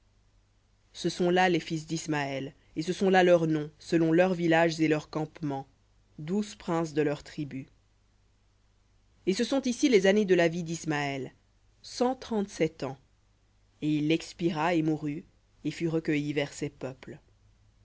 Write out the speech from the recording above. ce sont là les fils d'ismaël et ce sont là leurs noms selon leurs villages et leurs campements douze princes de leurs tribus et ce sont ici les années de la vie d'ismaël cent trente-sept ans et il expira et mourut et fut recueilli vers ses peuples